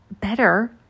better